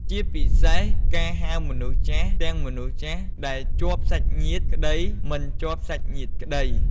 ជាពិសេសការហៅមនុស្សចាស់ ទាំងមនុស្សចាស់ដែលជាប់សាច់ញាតិក្តីមិនជាប់សាច់ញាតិក្តី។